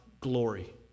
glory